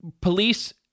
police